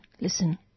listen